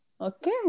Okay